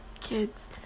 kids